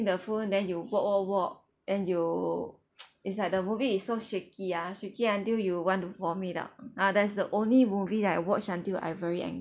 the phone then you walk walk walk and you it's like the movie is so shaky ah shaky until you want to vomit out ah that's the only movie that I watch until I very angry